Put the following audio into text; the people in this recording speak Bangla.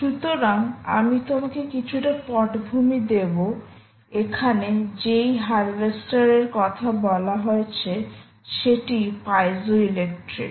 সুতরাং আমি তোমাকে কিছুটা পটভূমি দেব এখানে যেই হারভেস্টার এর কথা বলা হয়েছে সেটি পাইজোইলেক্ট্রিক